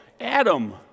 Adam